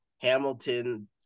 Hamilton